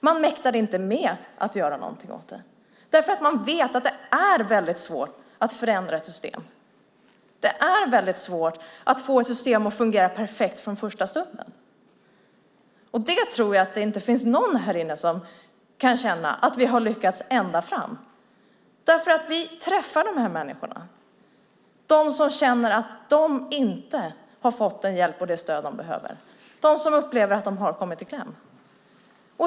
Man mäktade inte med att göra någonting åt det, därför att man visste att det är väldigt svårt att förändra ett system. Det är väldigt svårt att få ett system att fungera perfekt från första stunden. Jag tror inte att det finns någon här inne som kan känna att vi har lyckats ända fram, därför att vi träffar de här människorna, de som känner att de inte har fått den hjälp och det stöd de behöver, de som upplever att de har kommit i kläm.